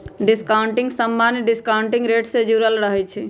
discounting समान्य discounting rate से जुरल रहै छइ